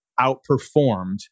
outperformed